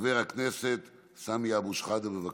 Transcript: חבר הכנסת סמי אבו שחאדה, בבקשה.